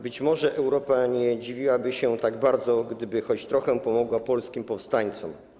Być może Europa nie dziwiłaby się tak bardzo, gdyby choć trochę pomogła polskim powstańcom.